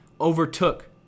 overtook